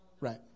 Right